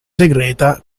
segreta